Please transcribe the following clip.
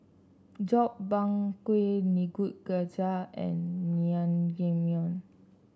Gobchang Gui Nikujaga and Naengmyeon